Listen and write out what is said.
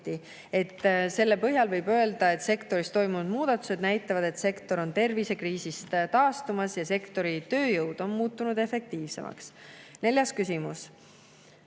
Selle põhjal võib öelda, et sektoris toimunud muudatused näitavad, et sektor on tervisekriisist taastumas ja sektori tööjõud on muutunud efektiivsemaks. Neljas küsimus.